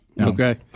okay